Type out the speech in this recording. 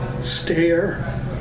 stare